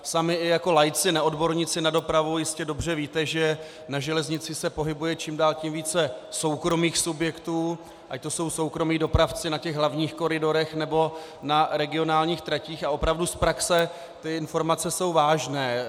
Sami i jako laici, neodborníci na dopravu, jistě dobře víte, že na železnici se pohybuje čím dál více soukromých subjektů, ať to jsou soukromí dopravci na hlavních koridorech, nebo na regionálních tratích, a opravdu z praxe ty informace jsou vážné.